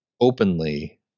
openly